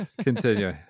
Continue